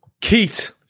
Keith